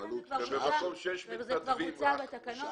לכן זה כבר בוצע בתקנות.